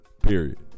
Period